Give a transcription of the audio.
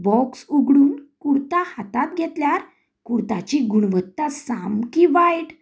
box उगडून कुर्ता हातांत घेतल्यार कुर्ताची गुणवत्ता सामकी वायट